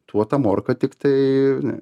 tuo ta morka tiktai ar ne